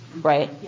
right